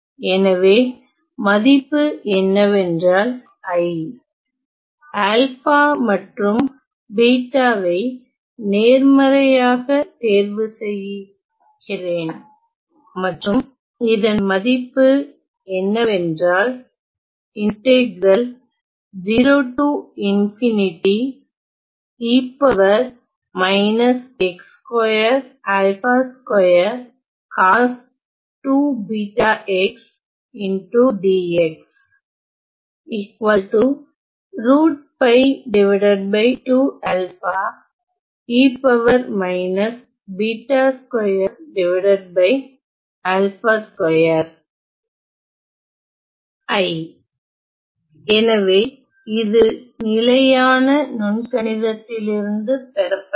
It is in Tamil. எனவே மதிப்பு என்னவென்றால் I ஆல்பா மற்றும் பீட்டாவை நேர்மறையாக தேர்வு செய்ய செய்கிறேன் மற்றும் இதன் மதிப்பு என்னவென்றால் எனவே இது நிலையான நுண்கணிதத்திலிருந்து பெறப்பட்டது